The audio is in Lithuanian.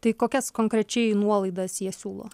tai kokias konkrečiai nuolaidas jie siūlo